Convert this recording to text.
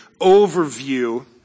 overview